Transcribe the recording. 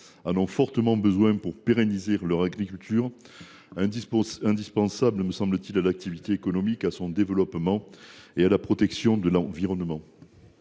en ont fortement besoin pour pérenniser leur agriculture, laquelle est indispensable à l’activité économique, à son développement et à la protection de l’environnement.